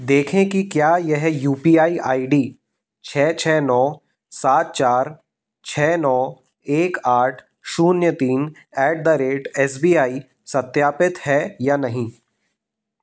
देखें कि क्या यह U P I I D छः छः नौ सात चार छे नौ एक आठ शून्य तीन at the rate S B I सत्यापित है या नहीं